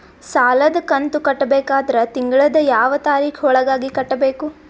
ಸಾಲದ ಕಂತು ಕಟ್ಟಬೇಕಾದರ ತಿಂಗಳದ ಯಾವ ತಾರೀಖ ಒಳಗಾಗಿ ಕಟ್ಟಬೇಕು?